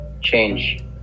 change